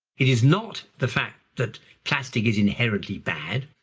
it is not the fact that plastic is inherently bad,